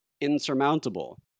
insurmountable